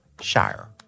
Shire